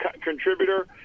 contributor